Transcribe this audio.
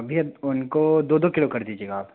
भईया उनको दो दो किलो कर दीजिएगा आप